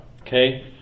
okay